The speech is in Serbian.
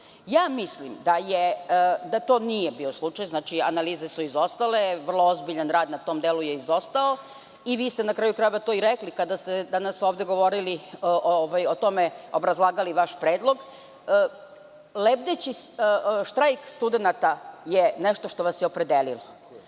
je. Mislim da to nije bio slučaj. Znači, analize su izostale, vrlo ozbiljan rad na tom delu je izostao, i vi ste, na kraju krajeva, to i rekli kada ste danas ovde govorili o tome, obrazlagali vaš predlog. Lebdeći štrajk studenata je nešto što vas je opredelilo.